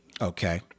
Okay